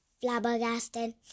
flabbergasted